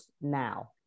now